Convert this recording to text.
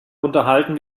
unterhalten